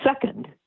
Second